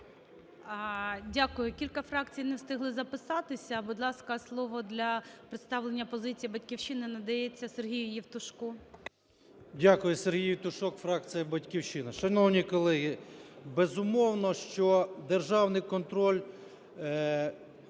Дякую. Кілька фракцій не встигло записатися. Будь ласка, слово для представлення позиції "Батьківщини" надається Сергію Євтушку. 13:53:03 ЄВТУШОК С.М. Дякую. Сергій Євтушок, фракція "Батьківщина". Шановні колеги, безумовно, що державний контроль,